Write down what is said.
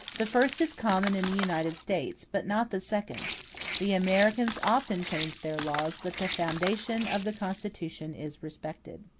the first is common in the united states, but not the second the americans often change their laws, but the foundation of the constitution is respected.